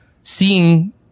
seeing